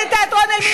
את לא יודעת.